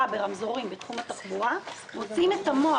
ברמזורים בתחום התחבורה מוציאים את המוח,